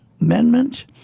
amendment